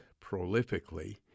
prolifically